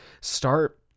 start